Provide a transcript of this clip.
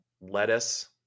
lettuce